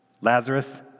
Lazarus